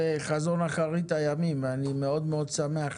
זה חזון אחרית הימים ואני מאוד מאוד שמח.